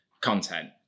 content